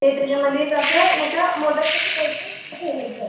ते त्याच्यामध्ये कसं नाही का मोदक कसं करतो तसं भरायचं